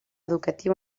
educatiu